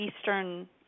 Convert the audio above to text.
eastern